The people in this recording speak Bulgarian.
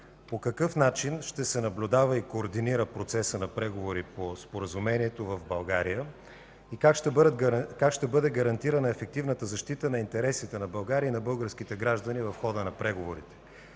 По какъв начин ще се наблюдава и координира процесът на преговори по Споразумението в България? Как ще бъде гарантирана ефективната защита на интересите на България и на българските граждани в хода на преговорите?